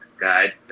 guide